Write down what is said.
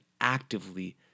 actively